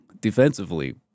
defensively